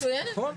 מצוינת.